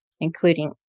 including